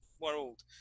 world